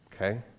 okay